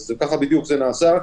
ככה בדיוק זה נעשה,